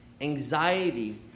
anxiety